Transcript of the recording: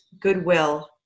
goodwill